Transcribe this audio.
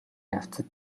явцад